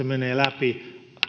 menee läpi